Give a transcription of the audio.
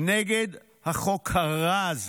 נגד החוק הרע הזה.